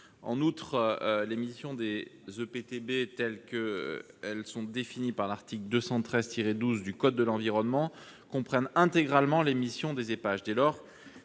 En outre, les missions des EPTB, telles qu'elles sont définies par l'article 213-12 du code de l'environnement, comprennent l'intégralité des missions des Épage. Dès lors,